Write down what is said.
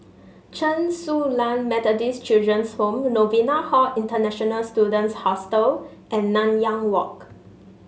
Chen Su Lan Methodist Children's Home Novena Hall International Students Hostel and Nanyang Walk